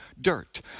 dirt